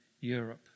Europe